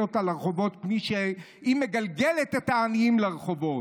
אותה לרחובות כפי שהיא מגלגלת את העניים לרחובות.